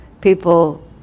people